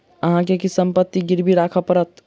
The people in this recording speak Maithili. अहाँ के किछ संपत्ति गिरवी राखय पड़त